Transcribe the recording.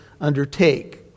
undertake